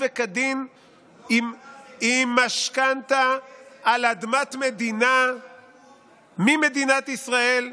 וכדין עם משכנתה על אדמת מדינה ממדינת ישראל,